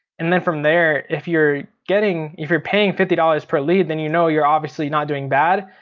and then from there if you're getting, if you're paying fifty dollars per lead then you know you're obviously not doing bad.